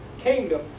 kingdom